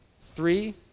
three